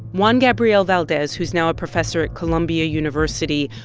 juan gabriel valdes, who's now a professor at columbia university,